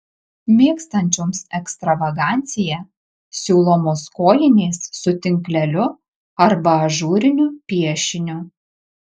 mėgstančioms ekstravaganciją siūlomos kojinės su tinkleliu arba ažūriniu piešiniu